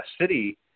city –